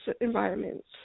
environments